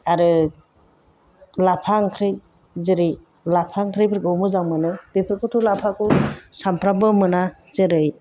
आरो लाफा ओंख्रि जेरै लाफा ओंख्रिफोरखौ मोजां मोनो बेफोरखौथ' लाफाखौ सानफ्रोमबो मोना जेरै